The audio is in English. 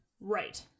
Right